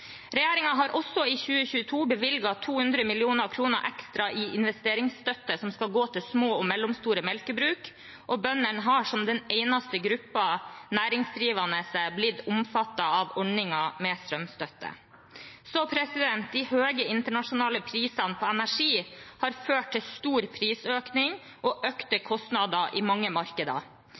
har også i 2022 bevilget 200 mill. kr ekstra i investeringsstøtte som skal gå til små og mellomstore melkebruk, og bøndene har, som den eneste gruppen av næringsdrivende, blitt omfattet av ordningen med strømstøtte. De høye internasjonale prisene på energi har ført til stor prisøkning og økte kostnader i mange markeder.